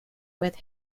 with